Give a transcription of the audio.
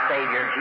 Savior